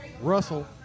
Russell